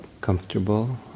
comfortable